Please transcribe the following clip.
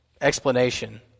explanation